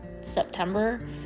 September